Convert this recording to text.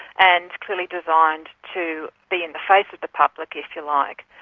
and clearly designed to be in the face of the public, if you like,